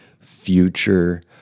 future